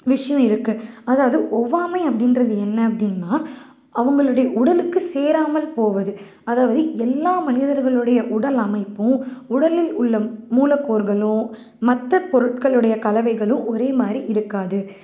விஷயம் இருக்குது அதாவது ஒவ்வாமை அப்படின்றது என்ன அப்படின்னா அவங்களுடைய உடலுக்கு சேராமல் போவது அதாவது எல்லா மனிதர்களுடைய உடல் அமைப்பும் உடலில் உள்ள மூலக்கூறுகளும் மற்ற பொருட்களுடைய கலவைகளும் ஒரேமாதிரி இருக்காது